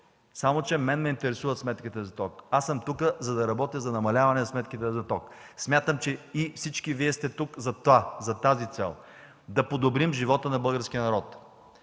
Само че мен ме интересуват сметките за ток. Аз съм тук, за да работя за намаляване на сметките за ток. Смятам, че и всички Вие сте тук за това, за тази цел – да подобрим живота на българския народ.